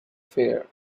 fair